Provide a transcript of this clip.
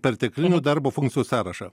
perteklinių darbo funkcijų sąrašą